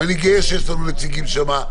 ואני גאה שיש לנו נציגים שם.